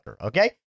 okay